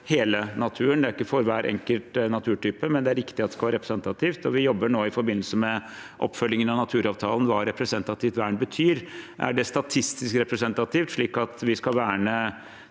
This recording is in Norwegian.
hele naturen, ikke for hver enkelt naturtype, men det er riktig at det skal være representativt. Vi jobber nå, i forbindelse med oppfølgingen av naturavtalen, med hva representativt vern betyr. Er det statistisk representativt, slik at vi skal verne